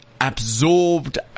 absorbed